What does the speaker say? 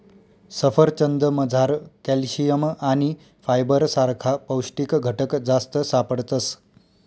सफरचंदमझार कॅल्शियम आणि फायबर सारखा पौष्टिक घटक जास्त सापडतस